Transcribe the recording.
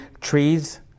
trees